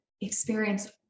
experience